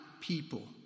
people